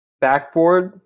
Backboard